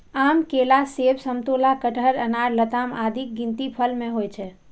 आम, केला, सेब, समतोला, कटहर, अनार, लताम आदिक गिनती फल मे होइ छै